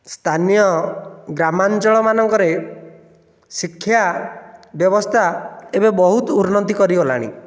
ସ୍ଥାନୀୟ ଗ୍ରାମାଞ୍ଚଳ ମାନଙ୍କରେ ଶିକ୍ଷା ବ୍ୟବସ୍ଥା ଏବେ ବହୁତ ଉନ୍ନତି କାରିଗଲାଣି